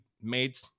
made